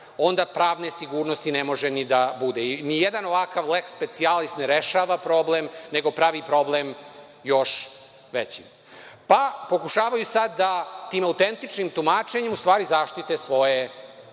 onda pravne sigurnosti ne može ni da bude. Nijedan ovakav leks specijalis ne rešava problem, nego pravi problem još većim. Pa, pokušavaju sada da tim autentičnim tumačenjem u stvari zaštite svoje